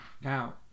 Now